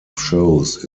shows